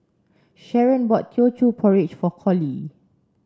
Sharen bought Teochew Porridge for Collie